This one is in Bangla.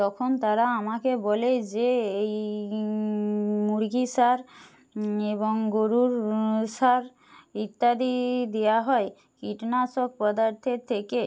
তখন তারা আমাকে বলে যে এই মুরগি সার এবং গরুর সার ইত্যাদিই দেওয়া হয় কীটনাশক পদার্থের থেকে